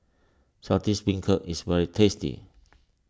Saltish Beancurd is very tasty